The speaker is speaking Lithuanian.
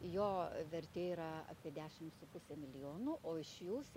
jo vertė yra apie dešimt su puse milijonų o iš jų se